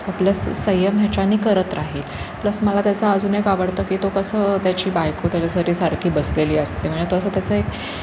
plus संयम ह्याच्याने करत राहील प्लस मला त्याचा अजून एक आवडतं की तो कसं त्याची बायको त्याच्यासाठी सारखी बसलेली असते म्हणजे तो असं त्याचं एक